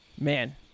Man